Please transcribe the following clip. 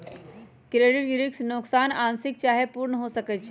credit risk नोकसान आंशिक चाहे पूर्ण हो सकइ छै